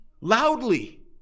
loudly